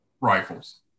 rifles